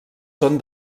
són